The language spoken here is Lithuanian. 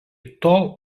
tol